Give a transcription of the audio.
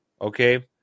okay